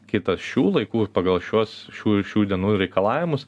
kitas šių laikų ir pagal šiuos šių šių dienų reikalavimus